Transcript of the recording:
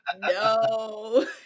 No